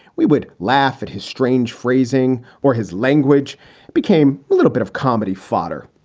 we would laugh at his strange phrasing or his language became a little bit of comedy fodder.